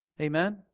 Amen